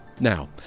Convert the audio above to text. Now